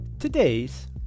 today's